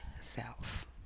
self